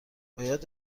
باید